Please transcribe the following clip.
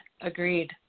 Agreed